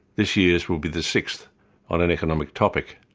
this year's will be the sixth on an economic topic.